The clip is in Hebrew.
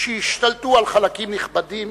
שהשתלטו על חלקים נכבדים